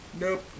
nope